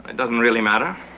doesn't really matter.